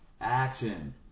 Action